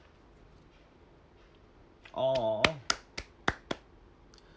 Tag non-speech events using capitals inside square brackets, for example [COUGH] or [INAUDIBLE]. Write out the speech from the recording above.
!aww! [NOISE]